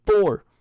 Four